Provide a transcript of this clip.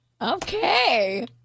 Okay